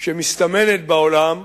שמסתמנת בעולם,